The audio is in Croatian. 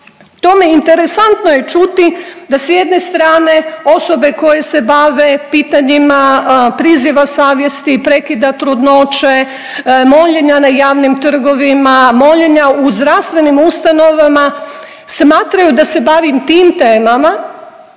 tome interesantno je čuti da s jedne strane osobe koje se bave pitanjima priziva savjesti, prekida trudnoće, moljenja na javnim trgovima, moljenja u zdravstvenim ustanovama smatraju da se bavim tim temama,